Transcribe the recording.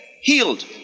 healed